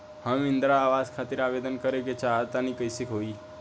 हम इंद्रा आवास खातिर आवेदन करे क चाहऽ तनि कइसे होई?